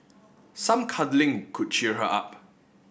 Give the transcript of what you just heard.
some cuddling could cheer her up